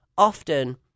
Often